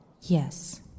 Yes